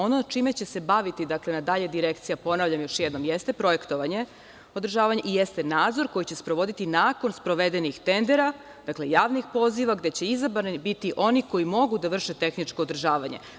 Ono čime će se baviti dalje Direkcija, ponavljam još jednom, jeste projektovanje, održavanje i jeste nadzor koji će sprovoditi nakon sprovedenih tendera, javnih poziva gde će biti izbrani oni koji mogu da vrše tehničko održavanje.